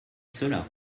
cela